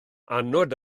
annwyd